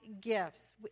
gifts